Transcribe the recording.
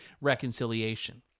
reconciliation